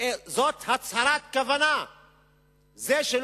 זאת הצהרת כוונות, השר שמחון.